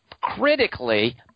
Critically